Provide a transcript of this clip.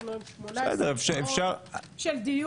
יש לנו היום 18 שעות של דיון.